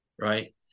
right